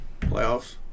Playoffs